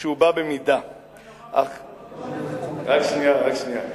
כשהוא בא במידה, רגע, מה זה, רק שנייה, רק שנייה.